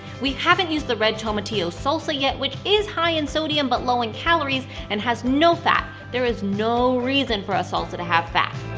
we haven't used the red tomatillo salsa yet, which is high in sodium, but low in calories and has no fat there is no reason for a salsa to have fat!